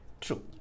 true